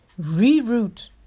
Reroute